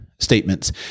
statements